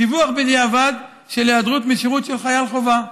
דיווח בדיעבד על היעדרות משירות של חייל חובה,